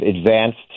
advanced